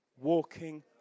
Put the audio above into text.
walking